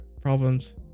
problems